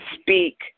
speak